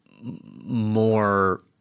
more –